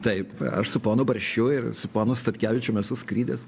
taip aš su ponu barščiu ir su ponu statkevičium esu skridęs